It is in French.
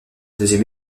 deuxième